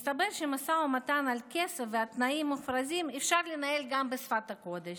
מסתבר שמשא ומתן על כסף ועל תנאים מופרזים אפשר לנהל גם בשפת הקודש.